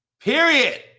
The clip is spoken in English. Period